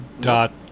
Dot